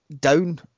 down